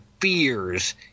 fears